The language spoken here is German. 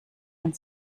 man